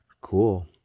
Cool